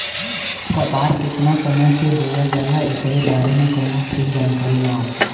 कपास केतना समय से बोअल जाला एकरे बारे में कउनो ठीक जानकारी ना हौ